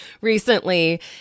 recently